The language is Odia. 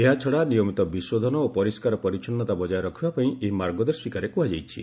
ଏହାଛଡ଼ା ନିୟମିତ ବିଶୋଧନ ଓ ପରିଷ୍କାର ପରିଚ୍ଚନୃତା ବଜାୟ ରଖିବାପାଇଁ ଏହି ମାର୍ଗଦର୍ଶିକାରେ କୁହାଯାଇଛି